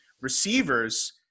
receivers –